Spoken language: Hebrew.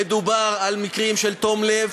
מדובר על מקרים של תום לב,